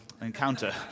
encounter